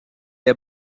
est